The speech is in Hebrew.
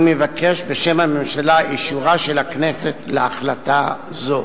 אני מבקש, בשם הממשלה, אישורה של הכנסת להחלטה זו.